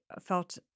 felt